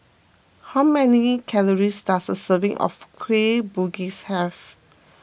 how many calories does a serving of Kueh Bugis have